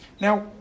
Now